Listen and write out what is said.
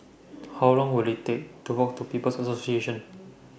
How Long Will IT Take to Walk to People's Association